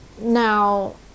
Now